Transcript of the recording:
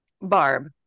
Barb